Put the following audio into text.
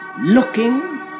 looking